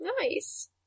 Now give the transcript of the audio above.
Nice